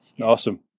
awesome